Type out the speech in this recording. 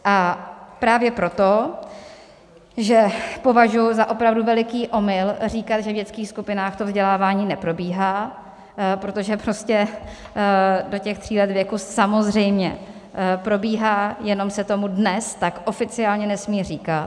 A právě proto, že považuji za opravdu veliký omyl říkat, že v dětských skupinách vzdělávání neprobíhá, protože prostě do těch tří let věku samozřejmě probíhá, jenom se tomu dnes tak oficiálně nesmí říkat.